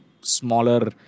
smaller